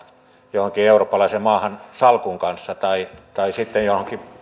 johonkin eurooppalaiseen maahan salkun kanssa tai tai sitten johonkin